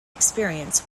experience